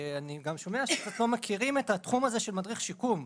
אני שומע שאתם לא מכירים את התחום הזה של מדריך שיקום,